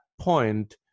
point